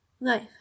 life